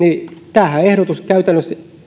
tämä ehdotushan käytännössä